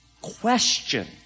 question